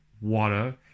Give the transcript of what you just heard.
water